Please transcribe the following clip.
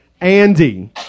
Andy